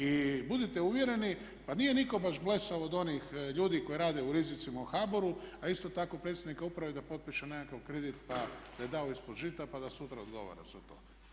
I budite uvjereni, pa nije nitko baš blesav od onih ljudi koji rade u rizicima u HBOR-u a isto tako predsjednika uprave da potpiše nekakav kredit pa da da ovaj ispod žita, pa da sutra odgovara za to.